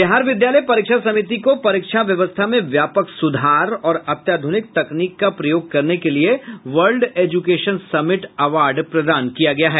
बिहार विद्यालय परीक्षा समिति को परीक्षा व्यवस्था में व्यापक सुधार और अत्याधुनिक तकनीक का प्रयोग करने के लिये वर्ल्ड एजुकेशन समिट अवार्ड प्रदान किया गया है